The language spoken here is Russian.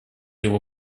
его